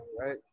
right